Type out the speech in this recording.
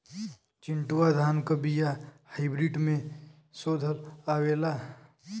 चिन्टूवा धान क बिया हाइब्रिड में शोधल आवेला?